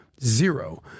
Zero